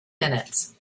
minutes